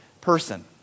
person